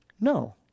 No